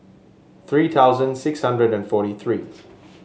three thousand six hundred and forty three